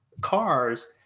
cars